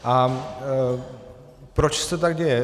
A proč se tak děje?